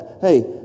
hey